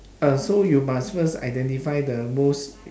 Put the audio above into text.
uh so you must first identify the most